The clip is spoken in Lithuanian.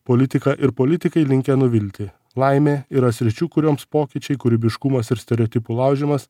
politiką ir politikai linkę nuvilti laimė yra sričių kurioms pokyčiai kūrybiškumas ir stereotipų laužymas